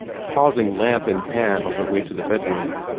pausing lamp in hand on her way to the bedroom,